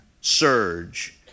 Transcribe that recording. surge